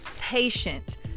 patient